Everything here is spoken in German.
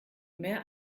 mehr